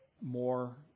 more